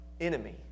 enemy